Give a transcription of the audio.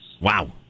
Wow